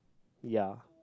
ya